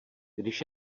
když